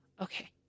okay